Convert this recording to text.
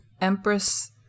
Empress